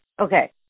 okay